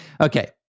Okay